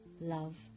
Love